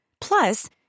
Plus